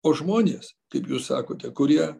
o žmonės kaip jūs sakote kurie